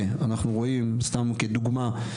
ואנחנו רואים, סתם כדוגמא,